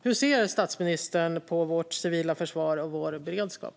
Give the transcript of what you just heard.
Hur ser statsministern på vårt civila försvar och vår beredskap?